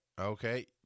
okay